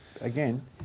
again